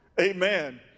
Amen